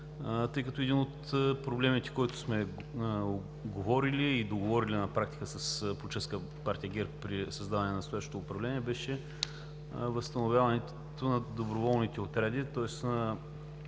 тъй като един от проблемите, за който сме говорили и договорили на практика с Политическа партия ГЕРБ преди създаване на настоящото управление беше възстановяването на доброволните отряди, тоест